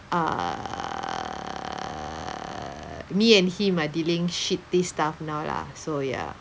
err me and him are dealing shitty stuff now lah so ya